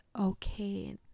okay